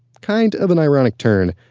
kind of and ironic turn,